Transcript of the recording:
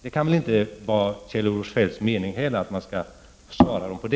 Det kan väl inte vara Kjell-Olof Feldts mening att man skall svara på det sättet.